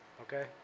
Okay